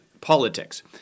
politics